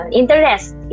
interest